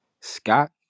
Scott